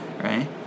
right